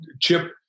Chip